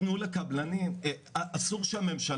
רק קצה הקרחון של מה שעלול להיות פה אם לא נבנה